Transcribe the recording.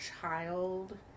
child